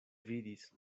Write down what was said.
vidis